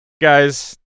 guys